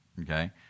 okay